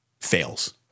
fails